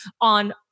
on